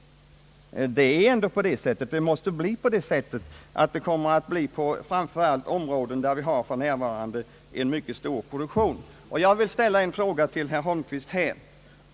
Detta stöd skulle komma att sättas in på framför allt de områden, där vi för närvarande har en mycket stor produktion. Jag vill i detta sammanhang ställa en fråga till herr Holmqvist.